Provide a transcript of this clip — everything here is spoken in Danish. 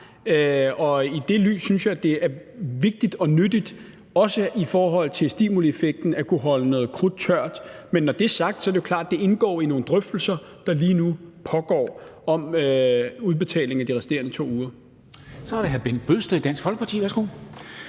Og i det lys synes jeg, det er vigtigt og nyttigt, også i forhold til stimulieffekten, at kunne holde noget krudt tørt. Men når det er sagt, er det jo klart, at det indgår i nogle drøftelser, der lige nu pågår, om udbetaling af de resterende 2 uger. Kl. 12:23 Formanden (Henrik